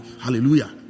Hallelujah